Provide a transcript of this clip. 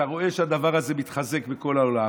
אתה רואה שהדבר הזה מתחזק בכל העולם.